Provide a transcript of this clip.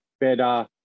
better